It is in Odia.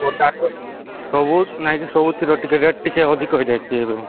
ଗୋଟାକୁ ସବୁ ନାଇଁ ଯେ ସବୁଥିର ଟିକେ ରେଟ୍ ଟିକେ ଅଧିକ ହୋଇଯାଇଛି ଏବେ